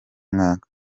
mwaka